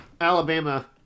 alabama